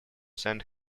sent